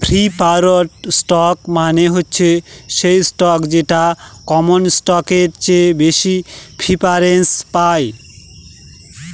preferred stock মানে হচ্ছে সেই স্টক যেটা কমন স্টকের চেয়ে বেশি প্রিফারেন্স পায়